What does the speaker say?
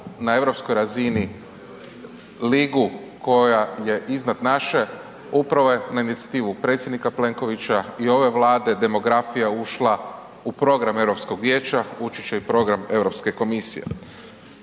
na europskoj razini ligu koja je iznad naše, upravo je na inicijativu predsjednika Plenkovića i ove Vlade demografija ušla u program Europskog vijeća, ući će i u program Europske komisije.